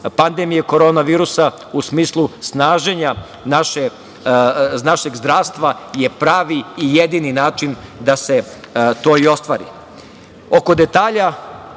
pandemije korone virusa u smislu snaženja našeg zdravstva je pravi i jedini način da se to i ostvari. Oko